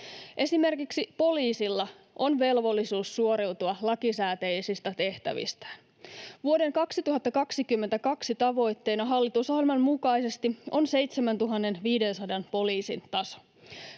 Esimerkiksi poliisilla on velvollisuus suoriutua lakisääteisistä tehtävistään. Vuoden 2022 tavoitteena hallitusohjelman mukaisesti on 7 500 poliisin taso.